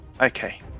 Okay